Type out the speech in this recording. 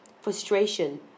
frustration